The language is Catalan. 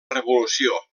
revolució